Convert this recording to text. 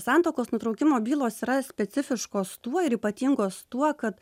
santuokos nutraukimo bylos yra specifiškos tuo ir ypatingos tuo kad